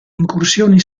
incursioni